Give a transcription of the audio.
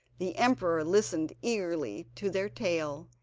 the emperor listened eagerly to their tale,